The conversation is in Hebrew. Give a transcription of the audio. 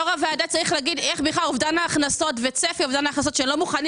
יו"ר הוועדה צריך לומר איך צפי אובדן ההכנסות שלא מוכנים